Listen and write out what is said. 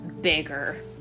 bigger